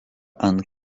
ant